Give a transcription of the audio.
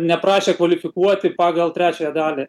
neprašė kvalifikuoti pagal trečiąją dalį